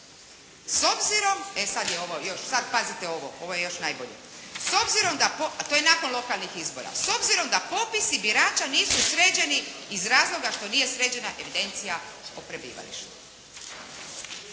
s obzirom da popisi birača nisu sređeni iz razloga što nije sređena evidencija o prebivalištu.".